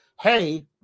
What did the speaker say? Hey